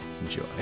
Enjoy